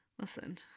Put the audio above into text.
Listen